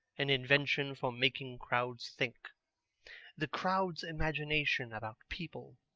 an invention for making crowds think the crowd's imagination about people